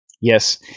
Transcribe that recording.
Yes